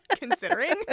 Considering